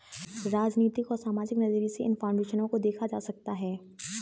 राजनीतिक और सामाजिक नज़रिये से इन फाउन्डेशन को देखा जा सकता है